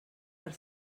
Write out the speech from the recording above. per